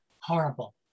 horrible